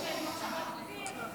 לצורך הכנתה לקריאה השנייה והשלישית.